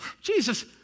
Jesus